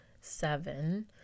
seven